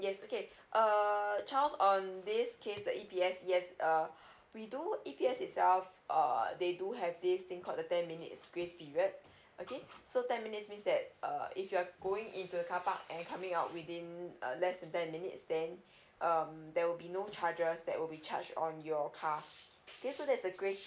yes okay err charles on this case the E_P_S yes err we do E_P_S itself err they do have this thing called the ten minutes grace period okay so ten minutes means that err if you're going into the carpark and coming out within uh less than ten minutes then um there will be no charges that will charged on your car okay so that's the grace